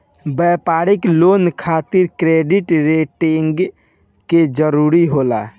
व्यापारिक लोन खातिर credit rating के जरूरत होला